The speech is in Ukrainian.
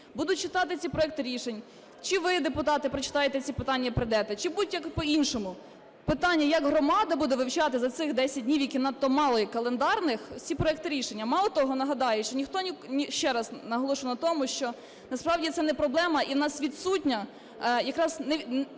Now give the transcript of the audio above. будуть читати ці проекти рішень? Чи ви, депутати, прочитаєте ці питання і прийдете, чи будь-як по-іншому? Питання, як громада буде вивчати за цих 10 днів, яких надто мало, календарних ці проекти рішення? Мало того, нагадаю, що ніхто… Ще раз наголошу на тому, що насправді це не проблема, і у нас відсутня якраз невідворотність